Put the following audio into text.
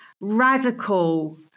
radical